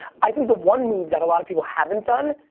i think the one move that a lot of people haven't done,